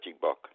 book